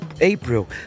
April